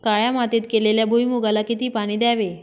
काळ्या मातीत केलेल्या भुईमूगाला किती पाणी द्यावे?